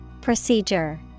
Procedure